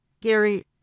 Gary